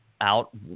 out